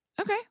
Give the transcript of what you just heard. Okay